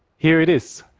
here it is.